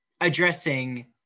addressing